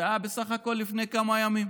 זה היה בסך הכול לפני כמה ימים.